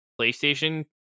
playstation